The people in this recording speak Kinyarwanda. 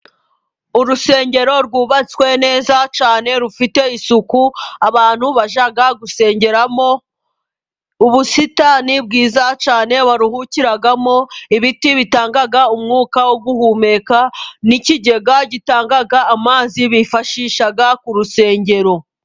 Urusengero rwubatswe neza cyane rufite isuku abantu bajya gusengeramo, ubusitani bwiza cyane baruhukiramo, ibiti bitanga umwuka wo guhumeka n'ikigega gitanga amazi bifashisha ku rusengero.